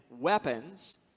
weapons